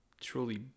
truly